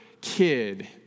kid